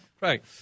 right